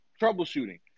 troubleshooting